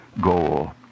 goal